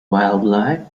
wildlife